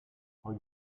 croix